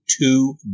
two